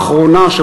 האחרונה,